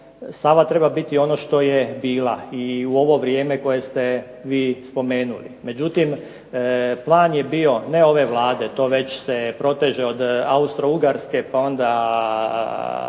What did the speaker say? Sava treba biti ono što je bila i u ovo vrijeme koje ste vi spomenuli. Međutim, plan je bio ne ove Vlade, to već se proteže od Austro-Ugarske pa onda